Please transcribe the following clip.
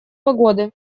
погоды